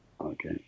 Okay